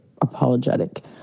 apologetic